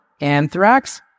Anthrax